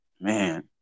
man